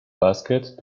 basket